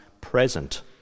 present